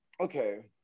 Okay